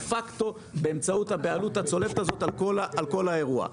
פקטו באמצעות הבעלות הצולבת הזאת על כל האירוע.